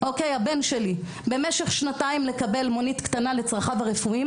הבן שלי במשך שנתיים לקבל מונית קטנה לצרכיו הרפואיים,